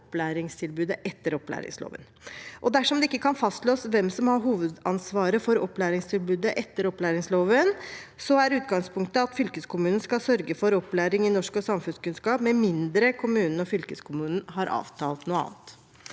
opplæringstilbudet etter opplæringsloven. Dersom det ikke kan fastslås hvem som har hovedansvaret for opplæringstilbudet etter opplæringsloven, er utgangspunktet at fylkeskommunen skal sørge for opplæring i norsk og samfunnskunnskap, med mindre kommunen og fylkeskommunen har avtalt noe annet.